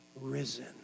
risen